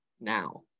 now